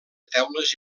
teules